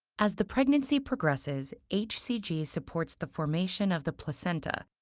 as the pregnancy progresses, hcg supports the formation of the placenta,